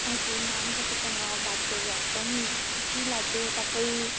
हजुर म्याम तपाईँसँग बात गरेर एकदम खुसी लाग्यो तपाईँ